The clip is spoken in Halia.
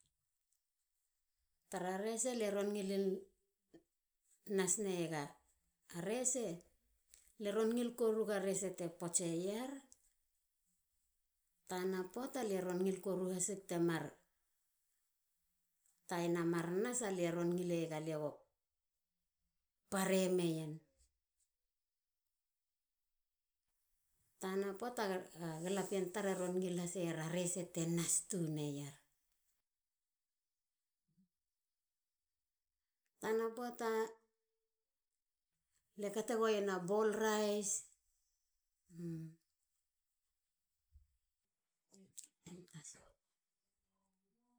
Tara rese lie ron ngilin nas naiega rese. lie ron ngil koruega rese te potseier. tana poata lie ron ngil koru hhasega taina mar nas. paremeier. tana poata galapien tare ron ngil korura rese te nas tuneier. tana poata lie kato goen a bol rice.